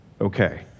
Okay